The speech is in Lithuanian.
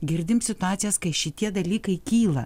girdim situacijas kai šitie dalykai kyla